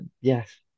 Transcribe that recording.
Yes